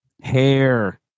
hair